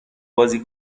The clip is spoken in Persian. بازی